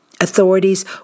Authorities